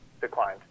declined